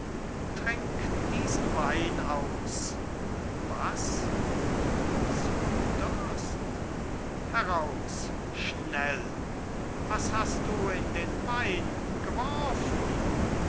trink diesen wein aus was du zauderst heraus schnell was hast du in den wein geworfen